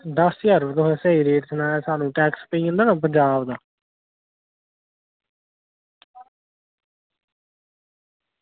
दस्स ज्हार थुहानू स्हेई रेट सनाया टैक्स पेई जंदा ना पंजाब दा